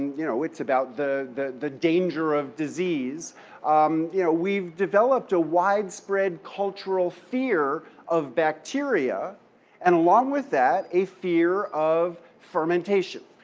you know, it's about the the danger of disease um you know, we've developed a widespread cultural fear of bacteria and along with that a fear of fermentation.